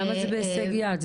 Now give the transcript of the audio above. למה זה בהישג יד?